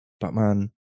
Batman